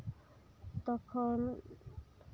ᱛᱚᱠᱷᱚᱱ